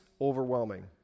overwhelming